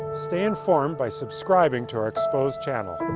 stay informed by subscribing to our exposed channel.